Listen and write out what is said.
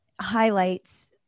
highlights